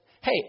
Hey